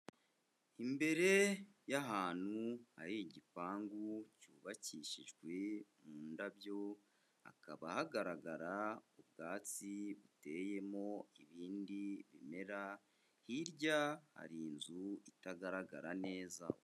Imbere y'ahantu hari igipangu cyubakishijwe mu ndabyo, hakaba hagaragara ubwatsi buteyemo ibindi bimera, hirya hari inzu itagaragara neza.